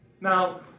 now